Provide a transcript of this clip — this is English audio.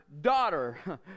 Daughter